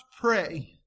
pray